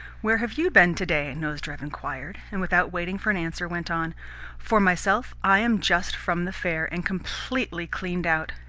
where have you been to-day? nozdrev inquired, and, without waiting for an answer, went on for myself, i am just from the fair, and completely cleaned out.